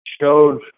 showed